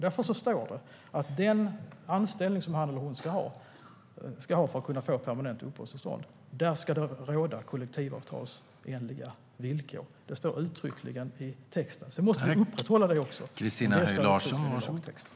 Därför står det uttryckligen i texten att det ska vara kollektivavtalsenliga villkor för den anställning som den asylsökande ska ha för att kunna få permanent uppehållstillstånd. Sedan måste vi också upprätthålla detta.